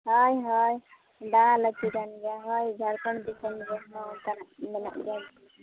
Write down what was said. ᱦᱳᱭ ᱦᱳᱭ ᱫᱟᱬᱟ ᱞᱟᱹᱠᱛᱤᱠᱟᱱ ᱜᱮᱭᱟ ᱦᱳᱭ ᱡᱷᱟᱲᱠᱷᱚᱸᱰ ᱫᱤᱥᱚᱢ ᱨᱮᱦᱚᱸ ᱫᱟᱜ ᱢᱮᱱᱟᱜ ᱜᱮᱭᱟ